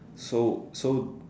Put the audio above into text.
so so